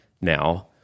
now